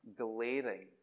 glaring